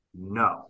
No